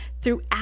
throughout